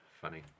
Funny